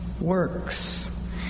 Works